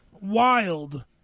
wild